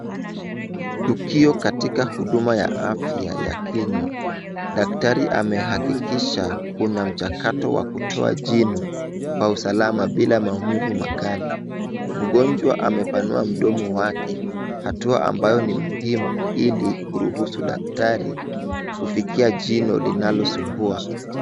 Tukio katika huduma ya afya ya kinywa. Daktari amehakikisha kuna mchakato wa kutoa jino kwa usalama bila maumivu makali. Mgonjwa amepanua mdomo wake, hatua ambayo ni muhimu ili kuruhusu daktari kufikia jino linalosumbua.